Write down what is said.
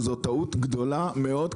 זאת טעות גדולה מאוד,